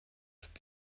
ist